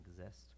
exist